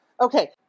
Okay